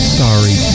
sorry